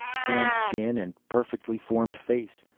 tanned skin and perfectly formed face.